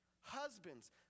Husbands